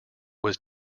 was